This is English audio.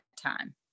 time